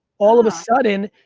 all of a sudden,